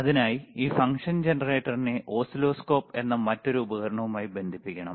അതിനായി ഈ ഫംഗ്ഷൻ ജനറേറ്ററിനെ ഓസിലോസ്കോപ്പ് എന്ന മറ്റൊരു ഉപകരണവുമായി ബന്ധിപ്പിക്കണം